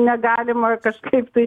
negalima kažkaip tai